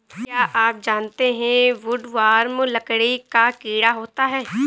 क्या आप जानते है वुडवर्म लकड़ी का कीड़ा होता है?